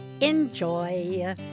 enjoy